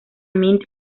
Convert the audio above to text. mint